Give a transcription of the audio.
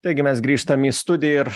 taigi mes grįžtam į studiją ir